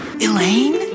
Elaine